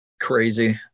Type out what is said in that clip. crazy